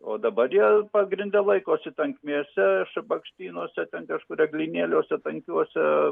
o dabar jie pagrinde laikosi tankmėse šabakštynuose ten kažkur eglynėliuose tankiuose